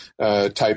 type